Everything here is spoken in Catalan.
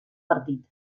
partit